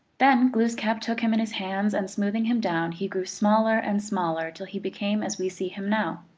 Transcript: then glooskap took him in his hands, and smoothing him down he grew smaller and smaller, till he became as we see him now.